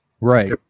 right